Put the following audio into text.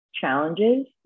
challenges